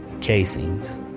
casings